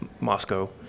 Moscow